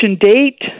date